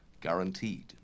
guaranteed